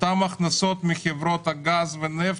הכנסות מחברות הגז והנפט.